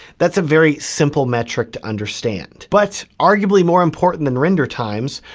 that's a very simple metric to understand. but, arguably more important than render times,